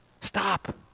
Stop